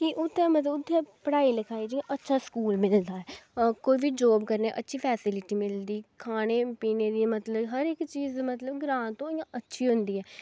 कि उत्थें मतलब उत्थें पढ़ाई लिखाई च अच्छा स्कूल मिलदा ऐ कोई बी जाॅब करनी ऐ अच्छी फैसिलिटी मिलदी खाने पीने दी मतलब हर इक चीज मतलब ग्रांऽ तूं अच्छी होंदी ऐ